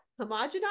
homogenized